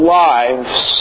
lives